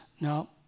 no